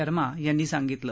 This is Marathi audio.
शर्मा यांनी सांगितलं